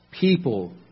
people